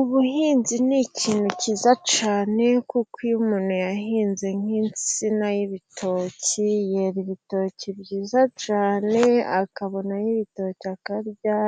Ubuhinzi ni ikintu cyiza cyane kuko iyo umuntu yahinze nk'insina y'ibitoki yera ibitoki byiza cyane akabonaho ibitoki akarya